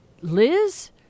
Liz